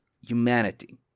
humanity